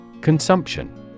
Consumption